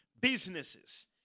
businesses